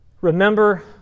Remember